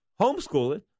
homeschooling